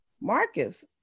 Marcus